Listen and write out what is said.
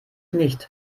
nicht